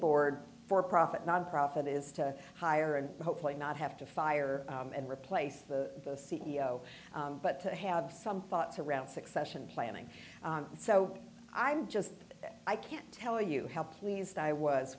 board for profit nonprofit is to hire and hopefully not have to fire and replace the c e o but to have some thoughts around succession planning so i'm just i can't tell you how pleased i was